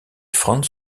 franz